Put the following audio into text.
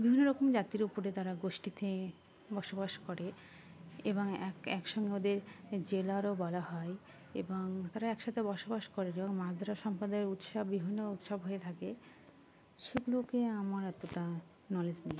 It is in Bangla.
বিভিন্ন রকম জাতির উপরে তারা গোষ্ঠীতে বসবাস করে এবং এক একসঙ্গে ওদের জেলারও বলা হয় এবং তারা একসাথে বসবাস করে এবং মাদ্রাসা সম্প্রদায়ের উৎসব বিভিন্ন উৎসব হয়ে থাকে সেগুলোকে আমার এতটা নলেজ নেই